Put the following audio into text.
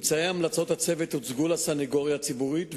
המלצות הצוות הוצגו לסניגוריה הציבורית,